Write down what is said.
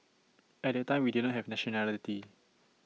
at that time we didn't have nationality